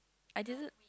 I didn't